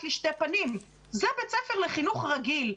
לשתי פנים: זה בית ספר לחינוך רגיל,